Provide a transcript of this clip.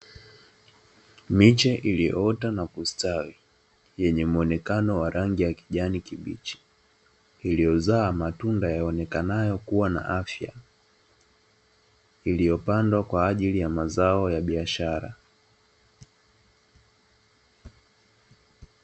Miche iliyoota na kustawi yenye muonekano wa rangi ya kijani kibichi iliyozaa matunda yaonekanayo kua na afya, iliyopandwa kwaajili ya mazao ya biashara .